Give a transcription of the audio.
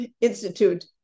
institute